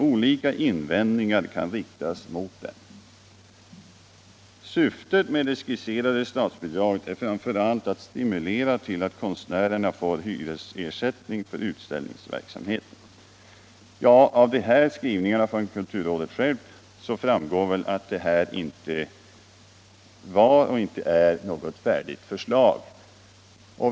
Olika invändningar kan riktas mot den.” | Vidare anför kulturrådet: ”Syftet med det skisserade statsbidraget är framför allt att stimulera till att konstnärerna får hyresersättning för utställningsverksamheten.” Av de här uttalandena från kulturrådet självt framgår väl att detta inte var och inte är något färdigt förslag.